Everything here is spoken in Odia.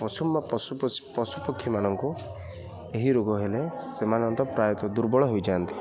ପଶୁ ପଶୁ ପଶୁପକ୍ଷୀମାନଙ୍କୁ ଏହି ରୋଗ ହେଲେ ସେମାନେ ତ ପ୍ରାୟତଃ ଦୁର୍ବଳ ହୋଇଯାଆନ୍ତି